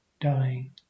dying